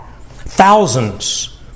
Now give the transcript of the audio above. thousands